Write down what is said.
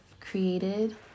created